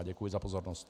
Děkuji za pozornost.